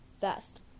Fast